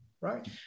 Right